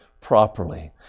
properly